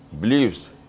believes